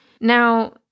Now